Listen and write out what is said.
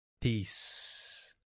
peace